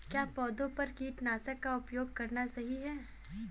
क्या पौधों पर कीटनाशक का उपयोग करना सही है?